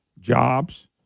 jobs